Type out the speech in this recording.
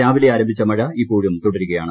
രാവിലെ ആരംഭിച്ച മഴ ഇപ്പോഴും തുടരുകയാണ്